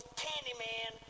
candyman